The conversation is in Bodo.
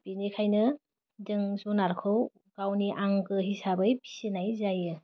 बिनिखायनो जों जुनारखौ गावनि आंगो हिसाबै फिसिनाय जायो